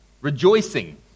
rejoicing